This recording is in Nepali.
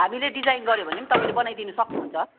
हामीले डिजाइन गर्यो भने पनि तपाईँले बनाइदिनु सक्नुहुन्छ